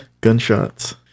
Gunshots